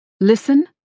Listen